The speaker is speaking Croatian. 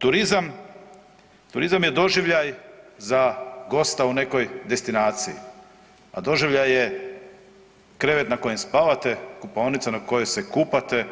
Turizam, turizam je doživljaj za gosta u nekoj destinaciji, a doživljaj je krevet na kojem spavate, kupaonica na kojoj se kupate,